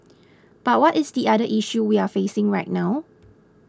but what is the other issue we're facing right now